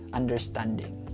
understanding